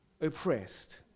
oppressed